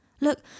Look